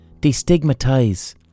Destigmatize